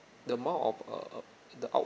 the amount of um the